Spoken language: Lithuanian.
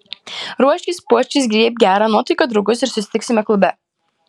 ruoškis puoškis griebk gerą nuotaiką draugus ir susitiksime klube